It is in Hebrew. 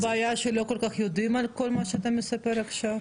הבעיה שלא כל כך יודעים על כל מה שאתה מספר עכשיו?